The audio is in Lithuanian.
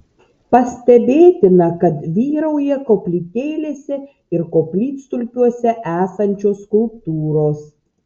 pastebėtina kad vyrauja koplytėlėse ir koplytstulpiuose esančios skulptūros